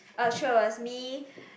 ah true it was me